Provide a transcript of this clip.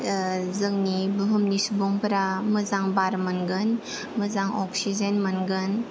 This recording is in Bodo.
जोंनि बुहुमनि सुबुंफोरा मोजां बार मोनगोन मोजां अक्सिजेन मोनगोन